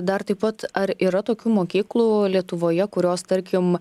dar taip pat ar yra tokių mokyklų lietuvoje kurios tarkim